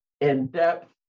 in-depth